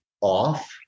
off